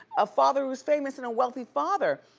a father who's famous and a wealthy father.